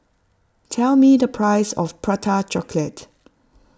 tell me the price of Prata Chocolate